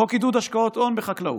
חוק עידוד השקעות הון בחקלאות: